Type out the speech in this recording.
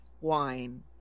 wine